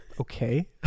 okay